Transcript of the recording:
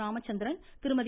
Ramachandran Thirumathi